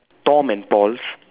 Tom and Paul's